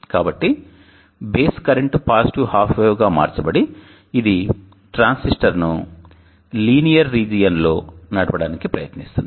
కాబట్టి base current positive half wave గా మార్చబడి ఇది ట్రాన్సిస్టర్ను సరళ ప్రాంతం లో నడపడానికి ప్రయత్నిస్తుంది